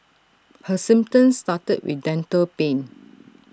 her symptoms started with dental pain